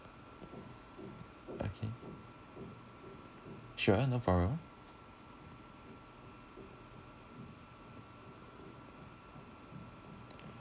okay sure no problem